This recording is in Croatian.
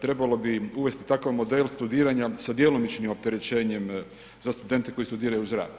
Trebalo bi im uvesti takav model studiranja sa djelomičnim opterećenjem za studente koji studiraju uz rad.